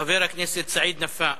חבר הכנסת סעיד נפאע.